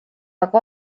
aga